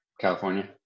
California